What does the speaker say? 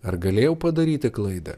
ar galėjau padaryti klaidą